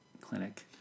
clinic